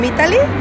Italy